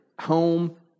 home